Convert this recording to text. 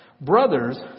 Brothers